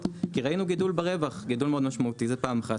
כי ראינו גידול מאוד משמעותי ברווח.